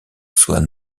soit